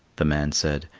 the man said,